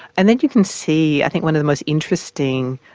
and then you can see, i think one of the most interesting,